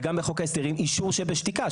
וגם בחוק ההסדרים אישור שבשתיקה,